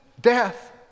death